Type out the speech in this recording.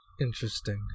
interesting